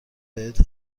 بهت